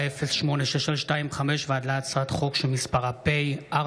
פ/4086/25 וכלה בהצעת חוק פ/4111/25: